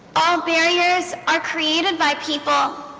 all barriers are created by people